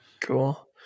Cool